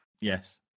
yes